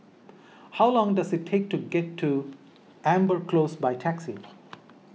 how long does it take to get to Amber Close by taxi